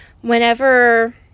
Whenever